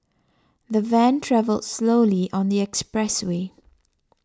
the van travelled slowly on the expressway